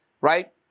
right